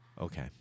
Okay